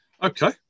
Okay